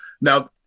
Now